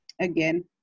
again